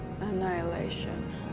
Annihilation